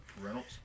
Reynolds